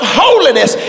holiness